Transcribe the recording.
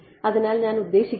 അതിനാൽ ഞാൻ ഉദ്ദേശിക്കുന്നത്